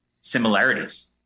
similarities